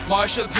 Marsha